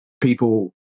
people